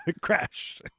Crash